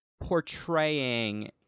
portraying